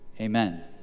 Amen